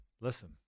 listen